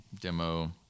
demo